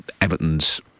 Everton's